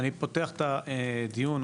אני פותח את הדיון,